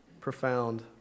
profound